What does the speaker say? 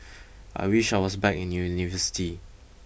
I wish I was back in an university